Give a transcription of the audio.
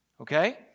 Okay